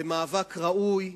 זה מאבק ראוי,